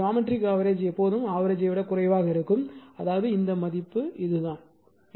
எனவே geometric average எப்போதும் average யை விட குறைவாக இருக்கும் அதாவது இந்த மதிப்பு இதுதான்